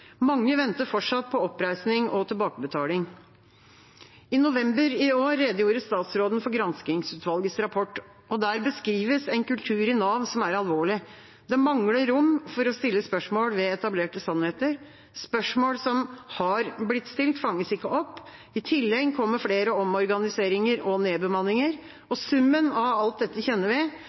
Mange venter fortsatt på oppreisning og tilbakebetaling. I november i år redegjorde statsråden for granskingsutvalgets rapport. Der beskrives en kultur i Nav som er alvorlig. Det mangler rom for å stille spørsmål ved etablerte sannheter. Spørsmål som har blitt stilt, fanges ikke opp. I tillegg kommer flere omorganiseringer og nedbemanninger. Summen av alt dette kjenner vi: